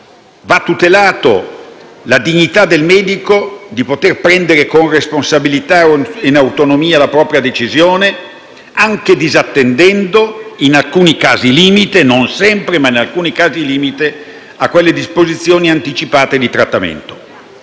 tutelata la dignità del medico di poter prendere, con responsabilità e in autonomia, la propria decisione, anche disattendendo, in alcuni casi limite (non sempre), quelle disposizioni anticipate di trattamento.